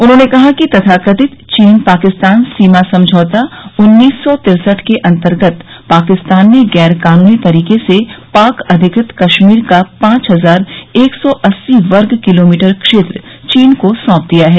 उन्होंने कहा कि तथाकथित चीन पाकिस्तान सीमा समझौता उन्नीस सौ तिरसठ के अंतर्गत पाकिस्तान ने गैर कानूनी तरीके से पाक अधिकृत कश्मीर का पांच हजार एक सौ अस्सी वर्ग किलोमीटर क्षेत्र चीन को सौंप दिया है